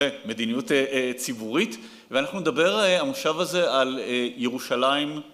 מדיניות ציבורית ואנחנו נדבר המושב הזה על ירושלים